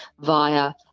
via